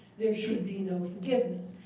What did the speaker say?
there should be no forgiveness.